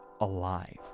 alive